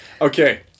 Okay